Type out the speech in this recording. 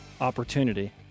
opportunity